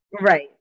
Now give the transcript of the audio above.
Right